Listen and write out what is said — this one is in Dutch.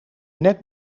net